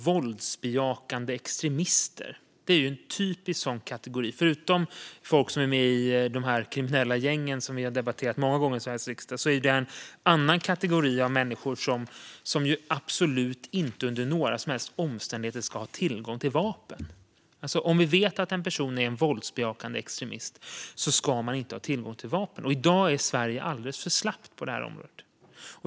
Våldsbejakande extremister är en typisk sådan kategori; förutom folk som är med i de kriminella gäng vi har debatterat många gånger i Sveriges riksdag är detta en kategori människor som absolut inte, under några som helst omständigheter, ska ha tillgång till vapen. En person som vi vet är våldsbejakande extremist ska inte ha tillgång till vapen, och i dag är Sverige alldeles för slappt på det här området.